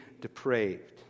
depraved